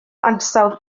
ansawdd